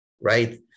right